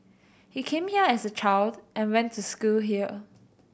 he came here as a child and went to school here